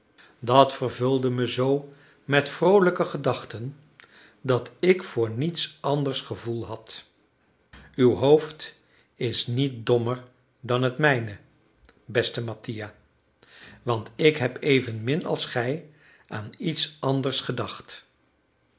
dat vervulde me zoo met vroolijke gedachten dat ik voor niets anders gevoel had uw hoofd is niet dommer dan het mijne beste mattia want ik heb evenmin als gij aan iets anders gedacht